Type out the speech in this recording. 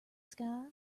sky